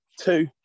two